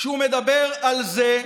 שהוא מדבר על זה,